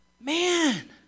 Man